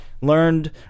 learned